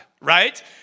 right